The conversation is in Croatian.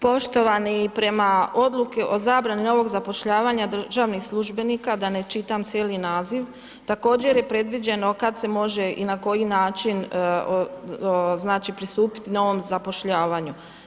Poštovani, prema odluci o zabrani novog zapošljavanja državnih službenika, da ne čitam cijeli naziv, također je predviđeno kada se može i na koji način pristupit novom zapošljavanju.